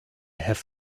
have